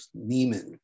Neiman